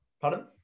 Pardon